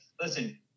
listen